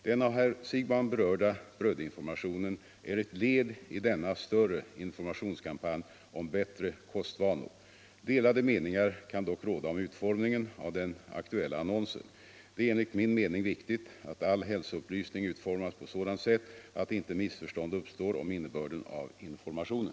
Den av herr Siegbahn berörda brödinformationen är ett led i denna större informationskampanj om bättre kostvanor. Delade meningar kan dock råda om utformningen av den aktuella annonsen. Det är enligt min mening viktigt att all hälsoupplysning utformas på sådant sätt att inte missförstånd uppstår om innebörden av informationen.